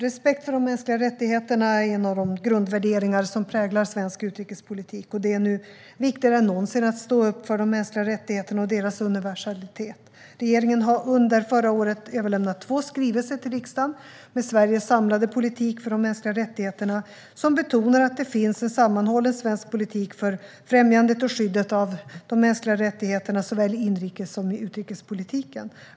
Respekt för de mänskliga rättigheterna är en av de grundvärderingar som präglar svensk utrikespolitik. Det är nu viktigare än någonsin att stå upp för de mänskliga rättigheterna och deras universalitet. Regeringen har under förra året överlämnat två skrivelser till riksdagen med Sveriges samlade politik för de mänskliga rättigheterna, som betonar att det finns en sammanhållen svensk politik för främjandet och skyddet av de mänskliga rättigheterna såväl i inrikes som i utrikespolitiken.